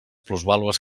plusvàlues